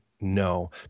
no